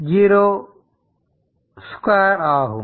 2 ஆகும்